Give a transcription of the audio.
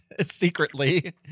secretly